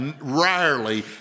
rarely